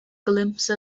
glimpse